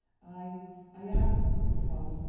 i i ask because,